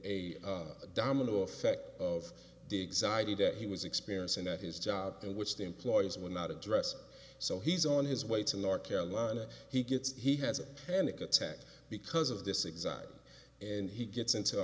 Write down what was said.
and a domino effect of diggs idea that he was experiencing at his job in which the employees were not addressed so he's on his way to north carolina he gets he has a panic attack because of this exact and he gets into a